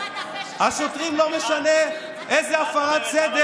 אופיר, אתה מגזים, לשוטרים לא משנה באיזו הפרת סדר